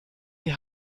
die